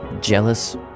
jealous